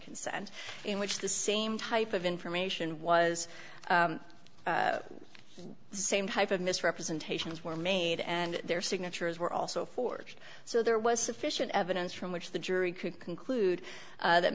consent in which the same type of information was the same type of misrepresentations were made and their signatures were also forged so there was sufficient evidence from which the jury could conclude that